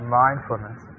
mindfulness